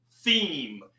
theme